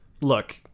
look